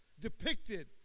depicted